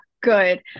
good